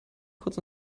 kurz